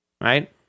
right